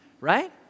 Right